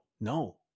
no